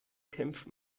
kämpfen